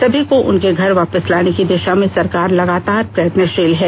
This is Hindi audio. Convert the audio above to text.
सभी को उनके घर वापस लाने की दिशा में सरकार लगातार प्रयत्नशील है